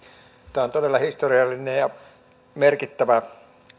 tämä on todella historiallinen ja merkittävä